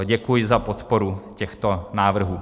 Děkuji za podporu těchto návrhů.